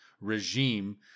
regime